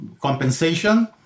compensation